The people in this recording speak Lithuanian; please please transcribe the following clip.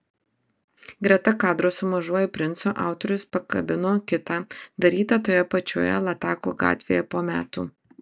greta kadro su mažuoju princu autorius pakabino kitą darytą toje pačioje latako gatvėje po metų